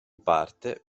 parte